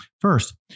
First